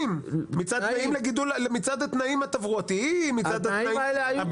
זאת זכותו לגדל, יש חוק